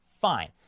fine